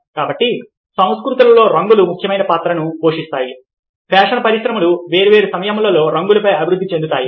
కాబట్టి సంస్కృతులలో రంగులు ముఖ్యమైన పాత్ర పోషిస్తాయి ఫ్యాషన్ పరిశ్రమలు వేర్వేరు సమయాల్లో రంగులపై అభివృద్ధి చెందుతాయి